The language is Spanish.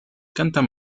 cantan